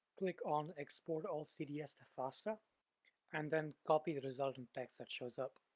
click on export all cds to fasta and then copy the resultant text that shows up.